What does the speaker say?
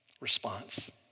response